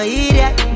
idiot